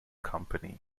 company